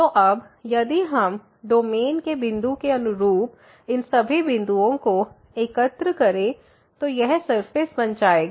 तो अब यदि हम डोमेन के बिंदु के अनुरूप इन सभी बिंदुओं को एकत्र करें तो यह सरफेस बन जाएगा